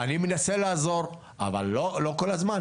אני מנסה לעזור אבל לא כל הזמן,